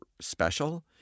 special